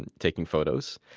and taking photos.